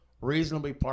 reasonably